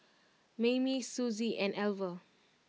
Maymie Suzy and Alver